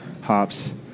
hops